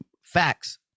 Facts